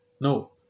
no